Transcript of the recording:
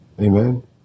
Amen